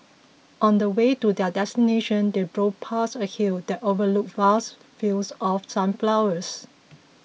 on the way to their destination they drove past a hill that overlooked vast fields of sunflowers